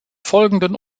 folgenden